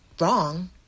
wrong